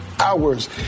hours